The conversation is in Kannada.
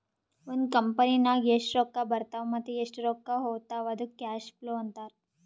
ಒಂದ್ ಕಂಪನಿನಾಗ್ ಎಷ್ಟ್ ರೊಕ್ಕಾ ಬರ್ತಾವ್ ಮತ್ತ ಎಷ್ಟ್ ರೊಕ್ಕಾ ಹೊತ್ತಾವ್ ಅದ್ದುಕ್ ಕ್ಯಾಶ್ ಫ್ಲೋ ಅಂತಾರ್